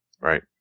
Right